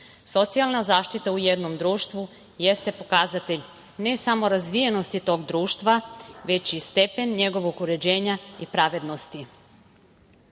socijalna zaštita u jednom društvu jeste pokazatelj ne samo razvijenosti tog društva, već i stepen njegovog uređenja i pravednosti. Sistem